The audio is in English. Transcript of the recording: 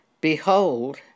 Behold